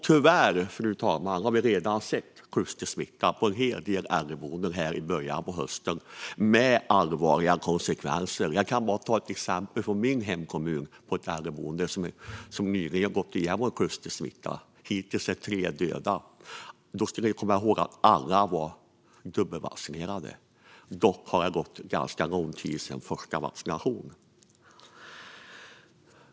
Tyvärr har vi redan i början av hösten sett klustersmitta på en hel del äldreboenden med allvarliga konsekvenser, fru talman. Jag kan ta ett exempel från min hemkommun på ett äldreboende som nyligen haft klustersmitta. Hittills är tre döda. Då ska vi komma ihåg att alla var dubbelvaccinerade. Dock har det gått ganska lång tid sedan första vaccinationen.